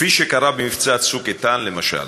כפי שקרה במבצע "צוק איתן" למשל.